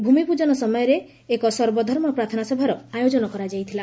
ଭୂମିପୂଜନ ସମୟରେ ଏକ ସର୍ବଧର୍ମ ପ୍ରାର୍ଥନାସଭାର ଆୟୋଜନ କରାଯାଇଥିଲା